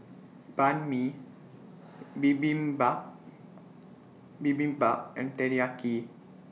Banh MI Bibimbap Bibimbap and Teriyaki